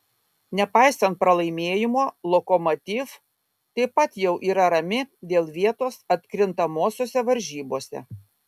nepaisant pralaimėjimo lokomotiv taip pat jau yra rami dėl vietos atkrintamosiose varžybose